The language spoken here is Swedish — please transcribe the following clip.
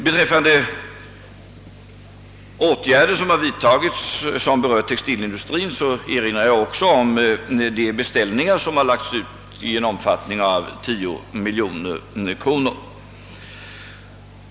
Beträffande vidtagna åtgärder som berör textilindustrin vill jag också erinra om de lämnade beställningarna som uppgår till 10 miljoner kronor.